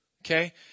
Okay